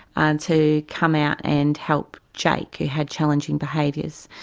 and to come out and help jake who had challenging behaviours.